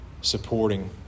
supporting